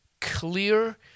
clear